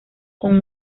con